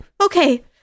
okay